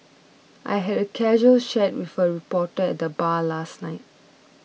I had a casual chat with a reporter at the bar last night